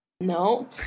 No